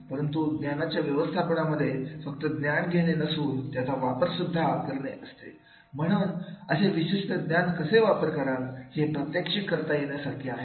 परंतु ज्ञानाच्या व्यवस्थापनामध्ये फक्त ज्ञान घेणे नसून त्याचा वापर सुद्धा करणे असते तुम्ही असे विशिष्ट ज्ञान कसे वापराल करण हे प्रत्यक्षिक करता येण्यासारखे आहे